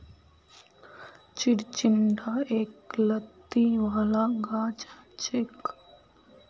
चिचिण्डा एक लत्ती वाला गाछ हछेक